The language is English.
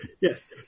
yes